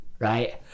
Right